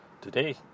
Today